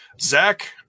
Zach